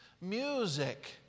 Music